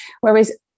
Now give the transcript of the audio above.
Whereas